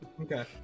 Okay